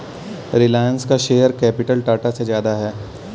रिलायंस का share capital Tata से ज्यादा है